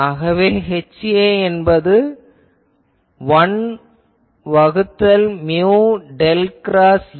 ஆகவே HA என்பது 1 வகுத்தல் மியு டெல் கிராஸ் A